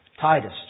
Titus